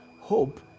hope